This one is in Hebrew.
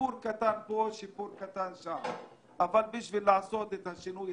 - שיפור קטן פה ושיפור קטן שם אבל בשביל לעשות את השינוי